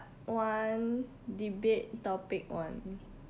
one debate topic one